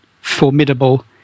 formidable